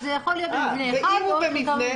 אז זה יכול להיות מבנה אחד או כמה מבנים.